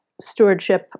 stewardship